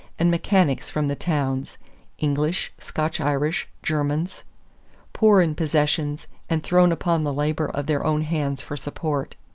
and mechanics from the towns english, scotch-irish, germans poor in possessions and thrown upon the labor of their own hands for support.